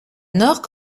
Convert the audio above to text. nord